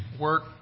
work